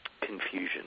confusion